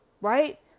right